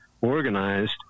organized